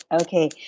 Okay